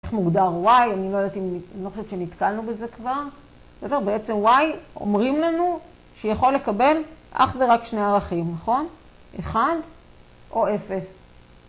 איך מוגדר Y? אני לא יודעת אם, אני לא חושבת שנתקלנו בזה כבר. בסדר, בעצם Y אומרים לנו שיכול לקבל אך ורק שני ערכים, נכון? אחד או אפס.